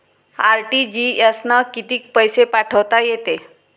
RTGS न कितीक पैसे पाठवता येते?